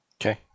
Okay